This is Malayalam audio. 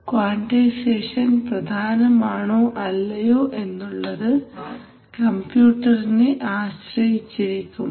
ക്വാൺടൈസേഷൻ പ്രധാനമാണോ അല്ലയോ എന്നുള്ളത് കമ്പ്യൂട്ടറിനെ ആശ്രയിച്ചിരിക്കും